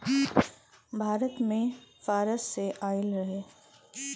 भारत मे फारस से आइल रहे